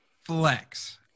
Flex